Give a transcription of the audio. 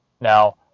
Now